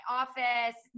office